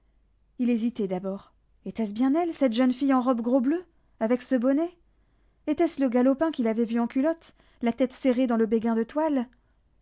il hésitait d'abord était-ce bien elle cette jeune fille en robe gros bleu avec ce bonnet était-ce le galopin qu'il avait vu en culotte la tête serrée dans le béguin de toile